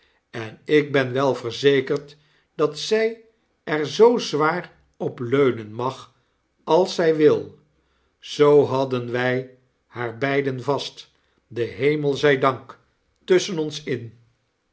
en ik ben wel verzekerd dat zy er zoo zwaar op leunen mag als zy wil zoo hadden wy haar beiden vast den hemel zy dank tusschen ons in